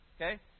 okay